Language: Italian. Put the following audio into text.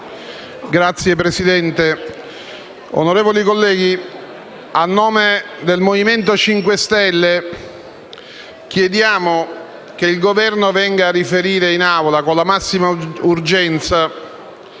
GIARRUSSO *(M5S)*. Onorevoli colleghi, a nome del Movimento 5 Stelle chiediamo che il Governo venga a riferire in Assemblea, con la massima urgenza,